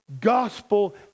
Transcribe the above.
gospel